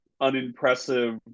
unimpressive